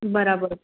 बराबरु